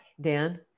Dan